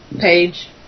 Page